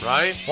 Right